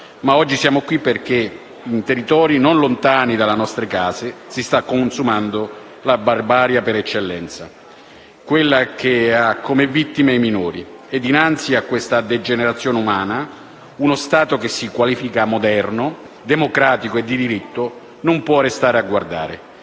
Ma oggi siamo qui perché in territori non tanto lontani dalle nostre case si sta consumando la barbarie per eccellenza, quella che ha come vittime i minori, e dinanzi a questa degenerazione umana uno Stato che si qualifica moderno, democratico e di diritto, non può restare a guardare,